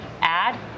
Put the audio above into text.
add